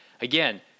again